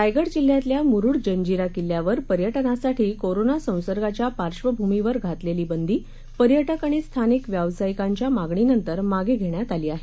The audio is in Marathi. रायगड जिल्ह्यातल्या मुरुड जंजिरा किल्ल्यावर पर्य जासाठी कोरोना संसर्गाच्या पार्श्वभूमीवर घातलेली बंदी पर्याक्र आणि स्थानिक व्यावसायिकांच्या मागणीनंतर मागे घेण्यात आली आहे